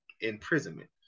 imprisonment